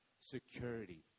security